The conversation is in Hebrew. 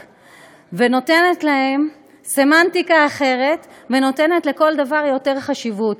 ונותנת להם סמנטיקה אחרת ונותנת לכל דבר יותר חשיבות.